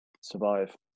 survive